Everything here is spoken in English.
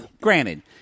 granted